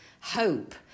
hope